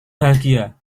bahagia